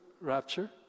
rapture